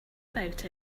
about